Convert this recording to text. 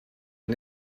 est